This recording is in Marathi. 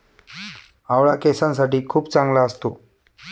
आवळा केसांसाठी खूप चांगला असतो